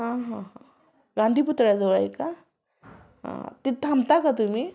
हां हां हां गांधी पुतळ्याजवळ आहे का तिथे थांबता का तुम्ही